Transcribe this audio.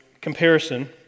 comparison